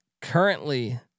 currently